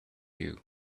you